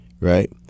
Right